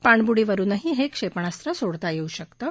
पाणबुडीवरुनही हे क्षेपणास्त्र सोडता येऊ शकतं